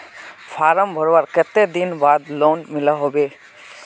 Form भरवार कते दिन बाद लोन मिलोहो होबे?